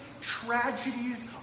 tragedies